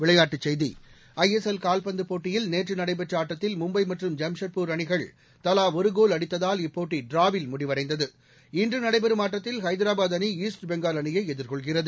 விளையாட்டுக் செய்தி I S L கால்பந்து போட்டியில் நேற்று நடைபெற்ற ஆட்டத்தில் மும்பை மற்றும் ஜாம்ஷெட்பூர் அணிகள் தலா ஒரு கோல் அடித்ததால் இப்போட்டி டிராவில் முடிவடைந்தது இன்று நடைபெறும் ஆட்டத்தில் ஐதராபாத் அணி ஈஸ்ட் பெங்கால் அணியை எதிர்கொள்கிறது